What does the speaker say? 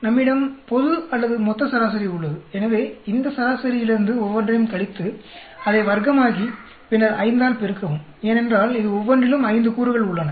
நம்மிடம் பொது அல்லது மொத்த சராசரி உள்ளது எனவே இந்த சராசரியிலிருந்து ஒவ்வொன்றையும் கழித்து அதை வர்க்கமாக்கி பின்னர் 5 ஆல் பெருக்கவும் ஏனென்றால் இது ஒவ்வொன்றிலும் 5 கூறுகள் உள்ளன